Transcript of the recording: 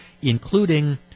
including